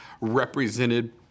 represented